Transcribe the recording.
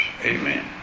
Amen